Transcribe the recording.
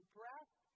breath